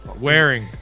wearing